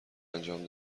انجام